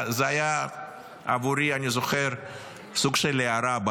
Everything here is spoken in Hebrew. אני זוכר שעבורי זה היה סוג של הארה.